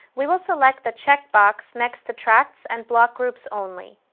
we will select the checkbox next to tracts and block groups only.